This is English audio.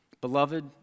Beloved